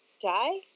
die